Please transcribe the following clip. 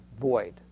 void